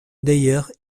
d’ailleurs